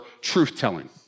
truth-telling